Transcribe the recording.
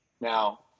Now